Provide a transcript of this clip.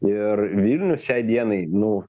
ir vilnius šiai dienai nu